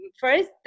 First